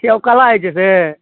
किए ओ काला होइ छै से